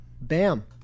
Bam